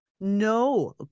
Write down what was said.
No